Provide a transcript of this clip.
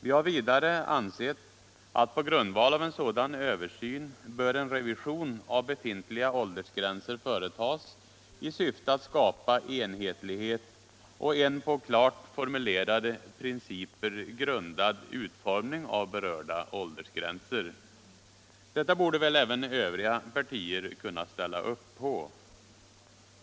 Vi har vidare ansett att på grundval av en sådan översyn en revision av befintliga åldersgränser bör företas i syfte att skapa enhetlighet och en på klart formulerade principer grundad utformning av berörda åldersgränser. Detta borde väl även övriga partier kunna ställa upp på.